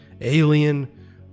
alien